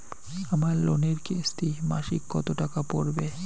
আমার লোনের কিস্তি মাসিক কত টাকা পড়বে?